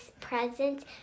presents